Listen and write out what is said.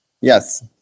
Yes